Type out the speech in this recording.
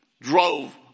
drove